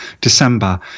December